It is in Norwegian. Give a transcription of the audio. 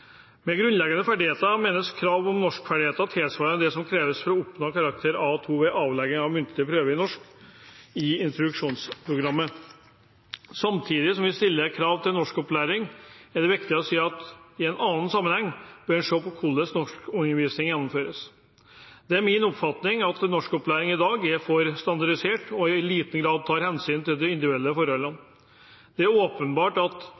Med «grunnleggende ferdigheter» menes krav om norskferdigheter tilsvarende det som kreves for å oppnå karakter A2 ved avlegging av muntlig prøve i norsk i introduksjonsprogrammet. Samtidig som vi stiller krav til norskopplæring, er det viktig å si at en i en annen sammenheng bør se på hvordan norskundervisningen gjennomføres. Det er min oppfatning at norskopplæringen i dag er for standardisert og i liten grad tar hensyn til de individuelle forholdene. Det er åpenbart at